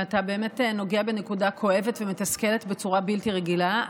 ואתה באמת נוגע בנקודה כואבת ומתסכלת בצורה בלתי רגילה.